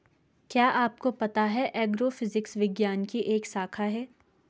क्या आपको पता है एग्रोफिजिक्स विज्ञान की एक शाखा है?